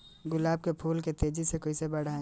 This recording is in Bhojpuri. गुलाब के फूल के तेजी से कइसे बढ़ाई?